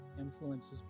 influences